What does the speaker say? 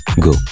Go